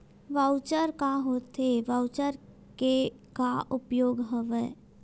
Voucher का होथे voucher के का उपयोग हवय?